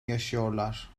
yaşıyorlar